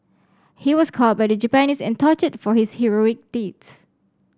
he was caught by the Japanese and tortured for his heroic deeds